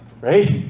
right